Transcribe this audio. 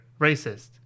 racist